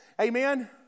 Amen